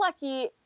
lucky